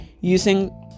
using